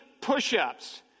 push-ups